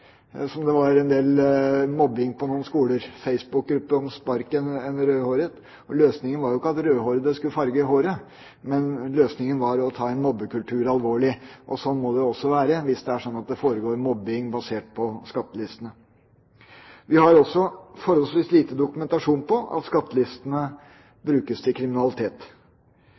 som det var en del mobbing i tilknytning til på noen skoler. Det var Facebook-gruppe om «spark en rødhåra». Løsningen var jo ikke at rødhårede skulle farge håret, men løsningen var å ta en mobbekultur alvorlig. Og sånn må det også være hvis det er sånn at det foregår mobbing basert på skattelistene. Vi har også forholdsvis lite dokumentasjon på at skattelistene brukes til kriminalitet.